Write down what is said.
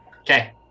Okay